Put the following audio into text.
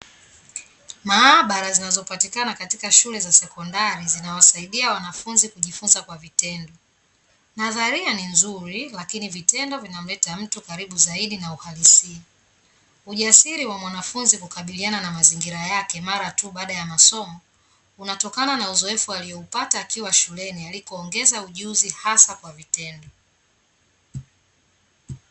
Maabara zinazopatikana katika shule za sekondari zinazowasaidia wanafunzi kujifunza kwa vitendo. Nadharia ni nzuri lakini vitendo vinamleta mtu karibu zaidi na uhalisia. Ujasiri wa mwanafunzi kukabiliana na mazingira yake mara tu baada ya masomo, unatokana na uzoefu alioupata akiwa shuleni alikoongeza ujuzi hasa kwa vitendo.